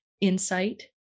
insight